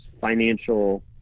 financial